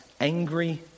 angry